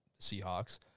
Seahawks